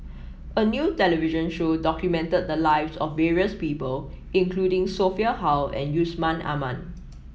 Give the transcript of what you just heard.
a new television show documented the lives of various people including Sophia Hull and Yusman Aman